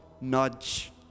nudge